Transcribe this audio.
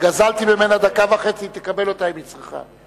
גזלתי ממנה דקה וחצי, היא תקבל אותה אם היא צריכה.